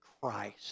Christ